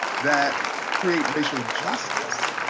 that create racial justice,